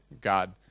God